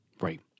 Right